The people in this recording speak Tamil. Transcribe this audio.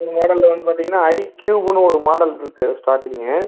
இந்த மாடல்லில் வந்து பார்த்தீங்கன்னா ஐக்யூப்னு ஒரு மாடல் இருக்குது ஸ்டாட்டிங்கு